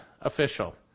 official